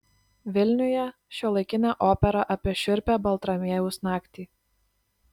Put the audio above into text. vilniuje šiuolaikinė opera apie šiurpią baltramiejaus naktį